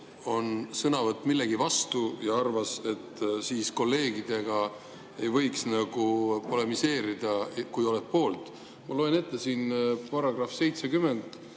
on sõnavõtt millegi vastu, ja arvas, et kolleegidega ei või nagu polemiseerida, kui oled poolt. Ma loen ette § 70